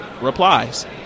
replies